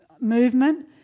movement